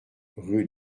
rue